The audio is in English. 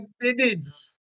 minutes